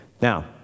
Now